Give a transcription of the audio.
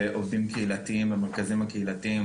לעובדים קהילתיים במרכזים הקהילתיים